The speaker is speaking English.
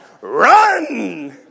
run